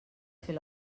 fer